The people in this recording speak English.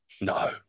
No